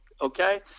okay